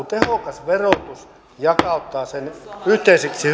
tehokas verotus jakauttaa sen yhteiseksi